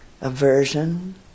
aversion